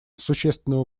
существенного